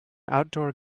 outdoor